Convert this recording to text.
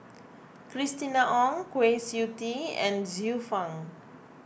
Christina Ong Kwa Siew Tee and Xiu Fang